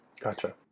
Gotcha